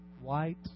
white